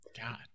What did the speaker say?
god